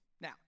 Now